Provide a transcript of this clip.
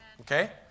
Okay